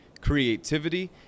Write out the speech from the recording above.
creativity